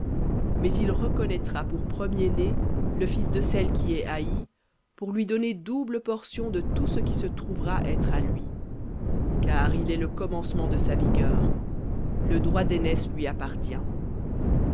mais il reconnaîtra pour premier-né le fils de celle qui est haïe pour lui donner double portion de tout ce qui se trouvera être à lui car il est le commencement de sa vigueur le droit d'aînesse lui appartient